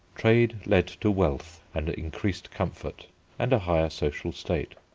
trade led to wealth and increased comfort and a higher social state.